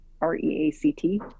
R-E-A-C-T